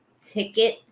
ticket